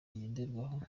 ngenderwaho